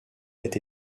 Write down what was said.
est